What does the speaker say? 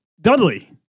Dudley